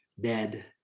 dead